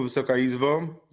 Wysoka Izbo!